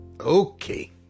Okay